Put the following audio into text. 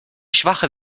schwache